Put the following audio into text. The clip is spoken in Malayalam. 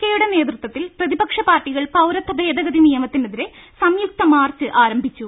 കെ യുടെ നേതൃത്വത്തിൽ പ്രതിപക്ഷ പാർട്ടികൾ പൌരത്വ ഭേദഗതി നിയമത്തിനെതിരെ സംയുക്ത മാർച്ച് ആരംഭിച്ചു